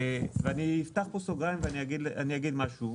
אני אפתח פה סוגריים ואני אגיד משהו: